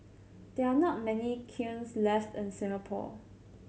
there are not many kilns left in Singapore